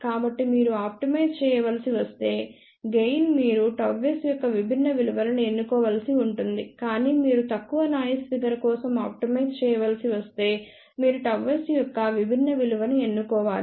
కాబట్టి మీరు ఆప్టిమైజ్ చేయవలసి వస్తే గెయిన్ మీరు ΓS యొక్క విభిన్న విలువను ఎన్నుకోవలసి ఉంటుంది కానీ మీరు తక్కువ నాయిస్ ఫిగర్ కోసం ఆప్టిమైజ్ చేయవలసి వస్తే మీరు ΓS యొక్క విభిన్న విలువను ఎన్నుకోవాలి